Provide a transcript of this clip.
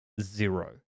Zero